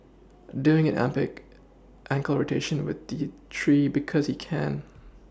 doing an epic ankle rotation with the tree because he can